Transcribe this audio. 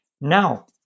Now